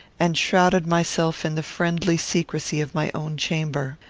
and shrouded myself in the friendly secrecy of my own chamber.